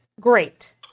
great